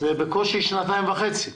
זה בקושי שנתיים וחצי.